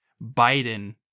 Biden